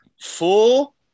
full